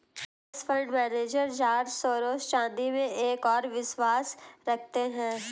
hedge fund manager George Soros चांदी में एक और विश्वास रखते हैं